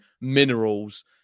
minerals